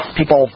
People